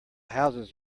houses